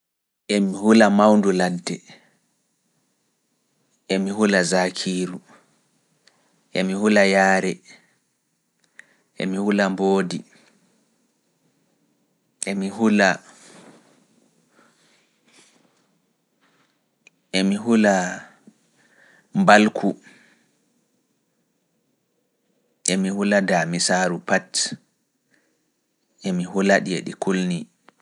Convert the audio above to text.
Emi hula mawndu ladde, emi hula zakiiru, emi hula yaare, emi hula mboodi, emi hula mbalku, emi hula daamisaaru pat, emi hula ɗi e ɗi kulni.